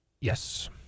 Yes